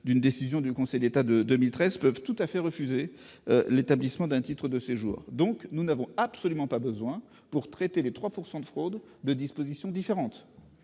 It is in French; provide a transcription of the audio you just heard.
d'une décision du Conseil d'État de 2013, peut tout à fait refuser l'établissement d'un titre de séjour. Nous n'avons donc absolument pas besoin, pour traiter les 3 % de fraudes supposées,